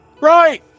Right